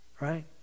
right